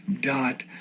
dot